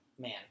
man